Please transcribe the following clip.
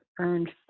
earned